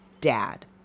dad